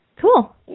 cool